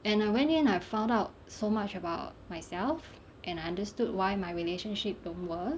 and I went in I found out so much about myself and understood why my relationship don't work